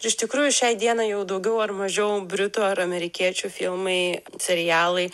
iš tikrųjų šiai dienai jau daugiau ar mažiau britų ar amerikiečių filmai serialai